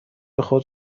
خود